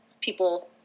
people